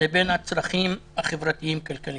לבין הצרכים החברתיים-כלכליים.